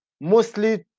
mostly